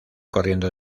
corriendo